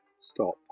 Stop